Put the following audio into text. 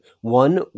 One